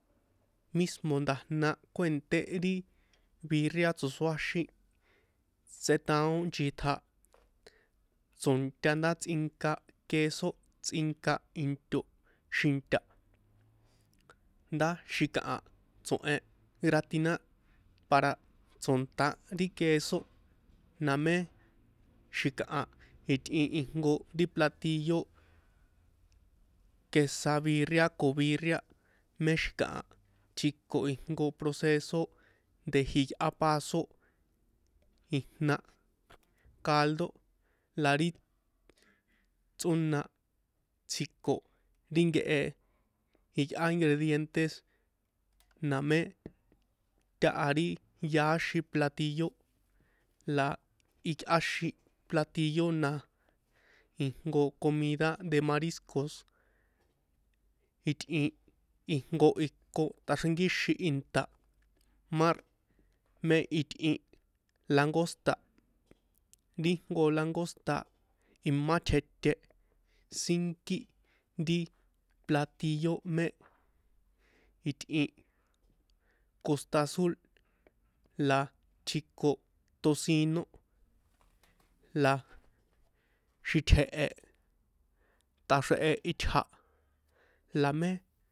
Mismo nda̱jna kuènte̱ ri virria tso̱soáxin tsetaon chitja tso̱nta ndá tsꞌinka queso into xinta ndá xi̱kaha tso̱hen gratinar para tso̱ntá ri queso na mé xi̱kaha itꞌin ijnko ri platillo quesabirria ko virria mé xi̱kaha tjiko ijnko proceso de jiyꞌá paso ijna caldo la ri tsꞌóna tsjiko ri nkehe jiyꞌá ri ingredientes na mé táha ri yaáxin platillo la iyꞌáxin platillo na ijnko comida de mariscos itꞌin ijnko iko tꞌaxrenkíxin inta mar mé itꞌin langosta ri jnko langosta la imá tjeté sínkí ri platillo mé itꞌin kostazul la tjiko tocino la xítje̱he taxrjehe itja la mé.